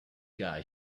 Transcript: guy